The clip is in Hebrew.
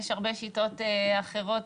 יש הרבה שיטות אחרות,